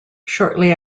shortly